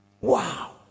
Wow